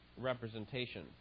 representation